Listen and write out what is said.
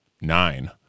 nine